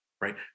right